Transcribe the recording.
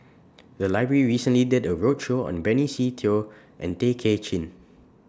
The Library recently did A roadshow on Benny Se Teo and Tay Kay Chin